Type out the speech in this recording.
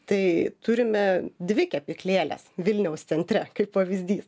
tai turime dvi kepyklėles vilniaus centre kaip pavyzdys